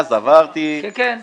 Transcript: אז עברתי --- כן, כן.